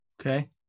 Okay